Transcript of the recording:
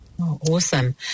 Awesome